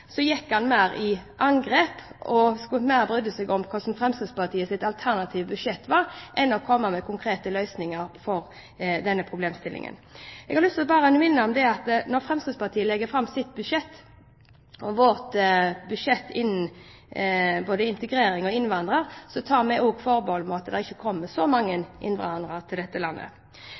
angrep og brydde seg mer om hvordan Fremskrittspartiets alternative budsjett var, enn å komme med konkrete løsninger på denne problemstillingen. Jeg har bare lyst til å minne om at når Fremskrittspartiet legger fram sitt budsjett hva gjelder både integrering og innvandrere, så tar vi også forbehold om at det ikke kommer så mange innvandrere til dette landet.